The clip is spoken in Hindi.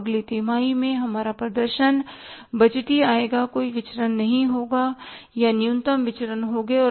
तो अगली तिमाही में हमारा प्रदर्शन बजटीय आएगा कोई विचरण नहीं होगा या न्यूनतम विचरण होंगे